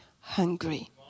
hungry